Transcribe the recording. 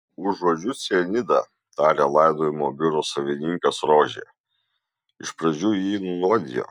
užuodžiu cianidą tarė laidojimo biuro savininkas rožė iš pradžių jį nunuodijo